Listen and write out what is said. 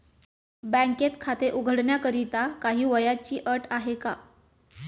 बँकेत खाते उघडण्याकरिता काही वयाची अट आहे का?